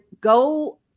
go